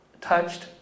touched